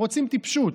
רוצים טיפשות,